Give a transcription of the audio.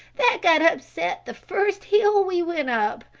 that got upset the first hill we went up.